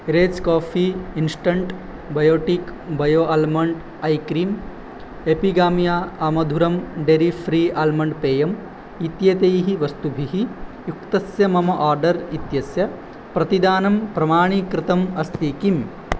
rage coffee instant Biotique bio almond eye cream Epigamia अमधुरम् dairy free almond पेयम् इत्येतैः वस्तुभिः युक्तस्य मम आर्डर् इत्यस्य प्रतिदानं प्रमाणीकृतम् अस्ति किम्